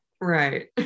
right